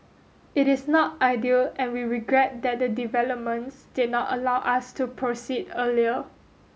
it is not ideal and we regret that the developments did not allow us to proceed earlier